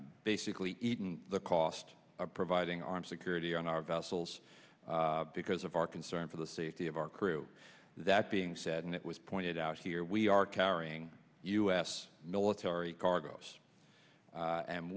basically eaten the cost of providing arms security on our vessels because of our concern for the safety of our crew that being said and it was pointed out here we are carrying u s military cargo